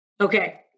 Okay